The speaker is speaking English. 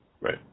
right